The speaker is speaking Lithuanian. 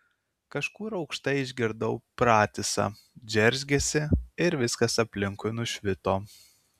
kažkur aukštai išgirdau pratisą džeržgesį ir viskas aplinkui nušvito